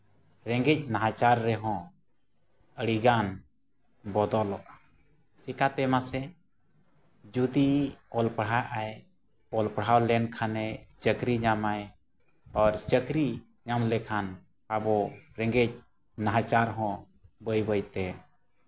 ᱨᱮᱸᱜᱮᱡᱽ ᱱᱟᱦᱟᱪᱟᱨ ᱨᱮᱦᱚᱸ ᱟᱹᱰᱤᱜᱟᱱ ᱵᱚᱫᱚᱞᱚᱜᱼᱟ ᱪᱮᱠᱟᱛᱮ ᱢᱟᱥᱮ ᱡᱩᱫᱤ ᱚᱞ ᱯᱟᱲᱦᱟᱜᱼᱟᱭ ᱚᱞ ᱯᱟᱲᱦᱟᱣ ᱞᱮᱱᱠᱷᱟᱱᱮ ᱪᱟᱹᱠᱨᱤ ᱧᱟᱢᱟᱭ ᱟᱨ ᱪᱟᱹᱠᱨᱤ ᱧᱟᱢ ᱞᱮᱠᱷᱟᱱ ᱟᱵᱚ ᱨᱮᱸᱜᱮᱡ ᱱᱟᱦᱟᱪᱟᱨ ᱦᱚᱸ ᱵᱟᱹᱭᱼᱵᱟᱹᱭ ᱛᱮ